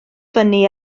fyny